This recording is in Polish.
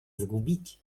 zgubić